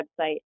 website